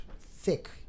thick